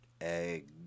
Egg